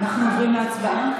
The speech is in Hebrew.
אנחנו עוברים להצבעה?